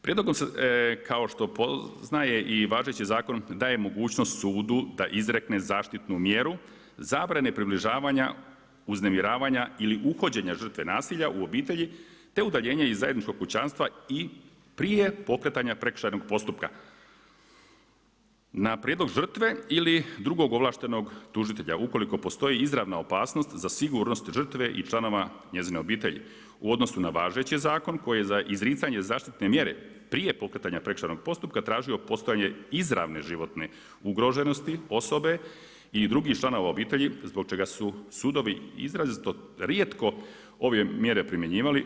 Prijedlogom se kao što poznaje i važeći zakon daje mogućnost sudu da izrekne zaštitnu mjeru zabrane približavanja, uznemiravanja ili uhođenja žrtve nasilja u obitelji te udaljenje iz zajedničkog kućanstva i prije pokretanja prekršajnog postupka, na prijedlog žrtve ili drugog ovlaštenog tužitelja ukoliko postoji izravna opasnost za sigurnost žrtve i članova njezine obitelji u odnosu na važeći zakon koji je za izricanje zaštitne mjere prije pokretanja prekršajnog postupka tražio postojanje izravne životne ugroženosti osobe i drugih članova obitelji zbog čega su sudovi izrazito rijetko ove mjere primjenjivali.